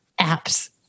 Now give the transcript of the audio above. apps